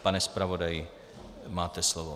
Pane zpravodaji, máte slovo.